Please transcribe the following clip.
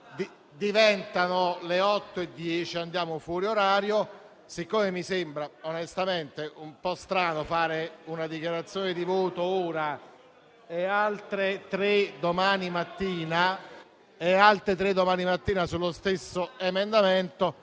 diventano le 20,10 e andiamo fuori orario. Siccome mi sembra onestamente un po' strano fare una dichiarazione di voto ora e altre tre domani mattina sullo stesso emendamento,